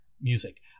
music